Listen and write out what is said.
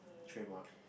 trademark